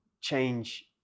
change